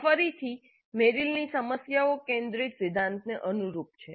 આ ફરીથી મેરિલની સમસ્યાઓ કેન્દ્રિત સિદ્ધાંતને અનુરૂપ છે